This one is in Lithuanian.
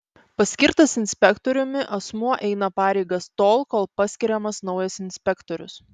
paskirtas inspektoriumi asmuo eina pareigas tol kol paskiriamas naujas inspektorius